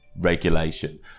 Regulation